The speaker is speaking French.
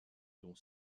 dont